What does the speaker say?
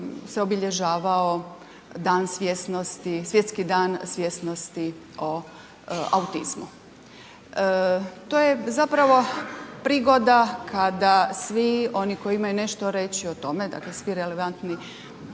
se obilježavao dan svjesnosti, Svjetski dan svjesnosti o autizmu. To je zapravo prigoda kada svi oni koji imaju nešto reći o tome, dakle svi relevantni